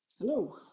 Hello